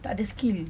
tak ada skill